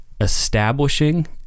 establishing